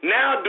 Now